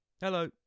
Hello